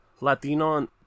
Latino